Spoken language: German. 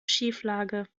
schieflage